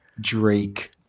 Drake